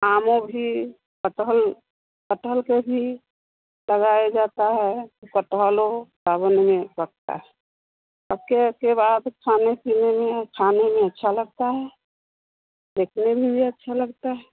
आमों भी कटहल कटहल के भी लगाया जाता है तो कटहलो सावन में पकता है पकने के बाद खाने पीने में खाने में अच्छा लगता है देखने में भी अच्छा लगता है